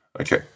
okay